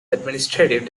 administrative